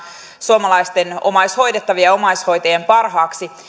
suomalaisten omaishoidettavien ja omaishoitajien parhaaksi